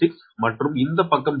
6 மற்றும் இந்த பக்கம் 0